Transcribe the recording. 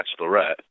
Bachelorette